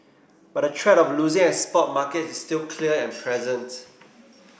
but the threat of losing export markets is still clear and present